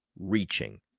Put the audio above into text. reaching